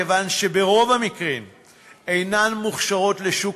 כיוון שברוב המקרים הן אינן מוכשרות לשוק